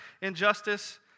injustice